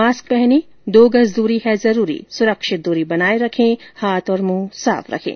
mask पहनें दो गज दूरी है जरूरी सुरक्षित दूरी बनाये रखें हाथ और मुंह साफ रखें